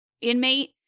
inmate